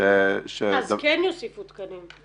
ש- - אז כן יוסיפו תקנים.